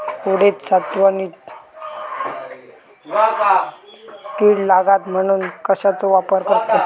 उडीद साठवणीत कीड लागात म्हणून कश्याचो वापर करतत?